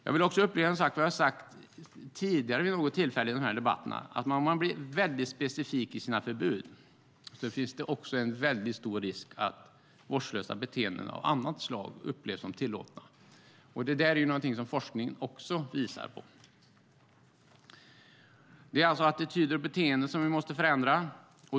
Jag vill också upprepa vad jag sagt tidigare i dessa debatter. Om man blir alltför specifik i sina förbud är det en stor risk att vårdslösa beteenden av annat slag upplevs som tillåtna. Det är någonting som forskningen också visar på. Det är attityder och beteenden som man måste förändra.